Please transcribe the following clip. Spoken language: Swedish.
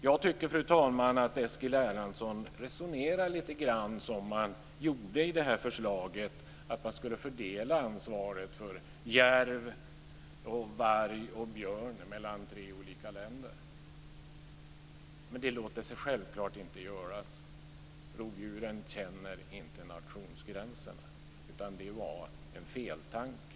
Jag tycker, fru talman, att Eskil Erlandsson resonerar lite grann som man gjorde i förslaget, där man ville fördela ansvaret för järv, varg och björn mellan tre olika länder. Men det låter sig självklart inte göras, för rovdjuren känner inte nationsgränserna, så det var en feltanke.